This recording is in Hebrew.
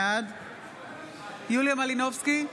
בעד יוליה מלינובסקי,